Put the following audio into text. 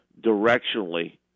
directionally